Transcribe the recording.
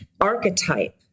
archetype